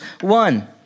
one